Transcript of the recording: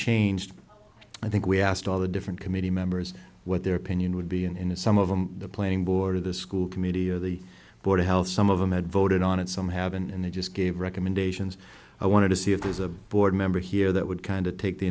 changed i think we asked all the different committee members what their opinion would be an in some of them the planning board of the school committee of the board of health some of them had voted on it some have and they just gave recommendations i wanted to see if there's a board member here that would kind of take the